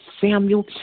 Samuel